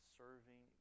serving